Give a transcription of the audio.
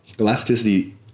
Elasticity